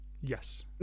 Yes